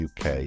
uk